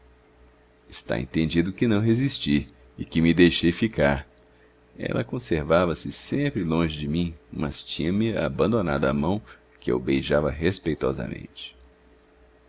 está entendido que não resisti e que me deixei ficar ela conservava-se sempre longe de mim mas tinha-me abandonado a mão que eu beijava respeitosamente